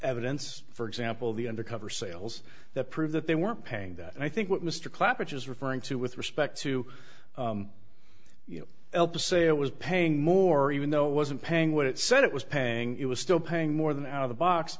evidence for example the undercover sales that prove that they weren't paying that and i think what mr clapper is referring to with respect to you to say it was paying more even though it wasn't paying what it said it was paying it was still paying more than out of the box